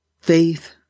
faith